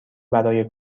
برای